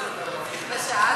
תביאו אלי.